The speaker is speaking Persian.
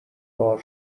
بار